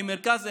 כי מרכז אחד,